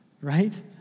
Right